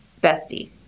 Bestie